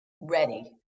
ready